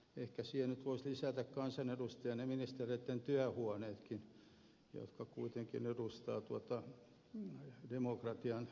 ehkä siihen nyt voisi lisätä kansanedustajien ja ministereitten työhuoneetkin jotka kuitenkin edustavat demokratian toteuttamista